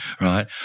right